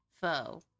foe